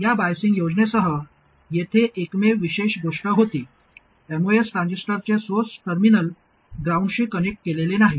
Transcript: या बाईसिंग योजनेसह येथे एकमेव विशेष गोष्ट होती एमओएस ट्रान्झिस्टरचे सोर्स टर्मिनल ग्राउंडशी कनेक्ट केलेले नाही